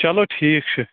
چَلو ٹھیٖک چھُ